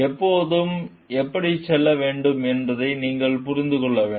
எப்போது எப்படி செல்ல வேண்டும் என்பதை நீங்கள் புரிந்து கொள்ள வேண்டும்